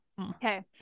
okay